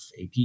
AP